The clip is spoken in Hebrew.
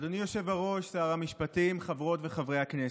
אדוני היושב בראש, שר המשפטים, חברות וחברי הכנסת,